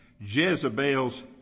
Jezebel's